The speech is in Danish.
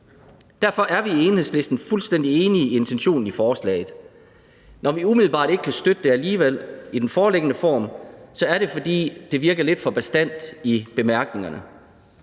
Derfor er vi i Enhedslisten fuldstændig enige i intentionen i forslaget. Når vi umiddelbart ikke kan støtte det alligevel i dets foreliggende form, er det, fordi det virker lidt for bastant i bemærkningerne.